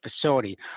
facility